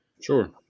sure